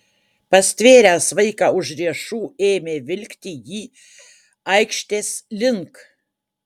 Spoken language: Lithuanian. pastvėręs vaiką už riešų ėmė vilkti jį aikštės link